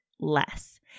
less